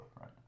right